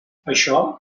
això